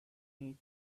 need